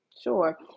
Sure